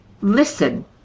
Listen